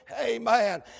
Amen